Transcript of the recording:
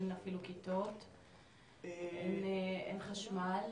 אין אפילו כיתות אין חשמל,